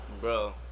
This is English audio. bro